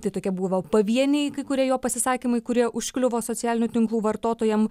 tai tokia buvo pavieniai kai kurie jo pasisakymai kurie užkliuvo socialinių tinklų vartotojam